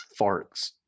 farts